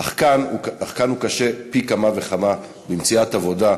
אך כאן הוא קשה פי כמה וכמה: מציאת עבודה,